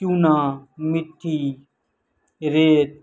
کیوں نا مٹی ریت